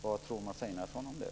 Vad tror Mats Einarsson om det?